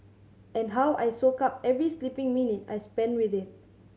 and how I soak up every sleeping minute I spend with it